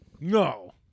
No